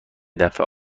دفعه